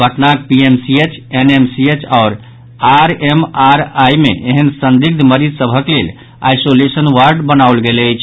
पटनाक PMCH NMCH आओर RMRI मे एहन संदिग्ध मरीज सभक लेल आईसोलेशन वार्ड बनाओल गेल अछि